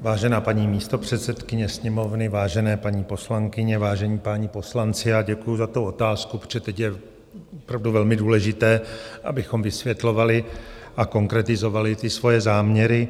Vážená paní místopředsedkyně Sněmovny, vážené paní poslankyně, vážení páni poslanci, děkuji za tu otázku, protože teď je opravdu velmi důležité, abychom vysvětlovali a konkretizovali svoje záměry.